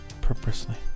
Purposefully